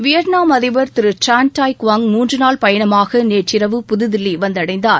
Vietnam அதிபர் Tran Dai Quang மூன்று நாள் பயணமாக நேற்றிரவு புதுதில்லி வந்தடைந்தார்